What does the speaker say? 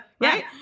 right